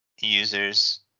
users